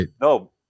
No